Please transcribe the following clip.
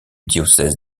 diocèse